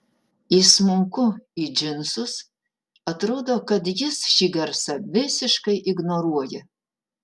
įsmunku į džinsus atrodo kad jis šį garsą visiškai ignoruoja